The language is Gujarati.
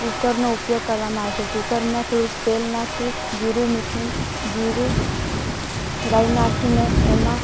કુકરનો ઉપયોગ કરવામાં આવે છે કૂકરમાં થોડું તેલ નાખી જીરું મીઠું જીરું રાઈ નાંખીને એમા